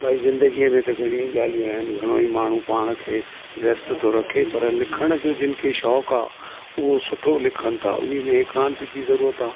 भाई ज़िंदगीअ में त घणियूं ई ॻाल्हियूं आहिनि घणो ई माण्हू पाण खे व्यस्थ थो रखे पर लिखण जो जिनखे शौक़ु आहे उहो सुठो लिखनि था उन में एकांत जी ज़रूरुत आहे